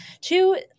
Two